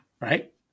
right